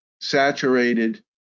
saturated